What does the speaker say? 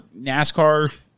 NASCAR